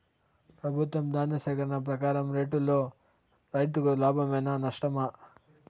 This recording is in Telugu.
ప్రభుత్వం ధాన్య సేకరణ ప్రకారం రేటులో రైతుకు లాభమేనా నష్టమా?